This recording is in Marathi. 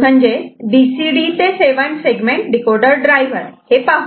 बीसीडी ते 7 सेगमेंट डीकोडर ड्रायव्हर हे पाहू